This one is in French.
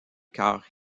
car